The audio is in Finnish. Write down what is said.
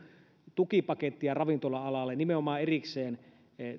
tukipaketti ravintola alalle nimenomaan erikseen